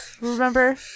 Remember